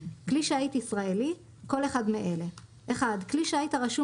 "כלי שיט ישראלי" כל אחד מאלה: (1) כלי שיט הרשום